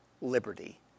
liberty